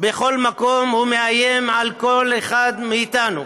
בכל מקום מאיים על כל אחד מאיתנו,